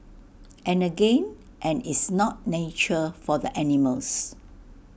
and again and it's not nature for the animals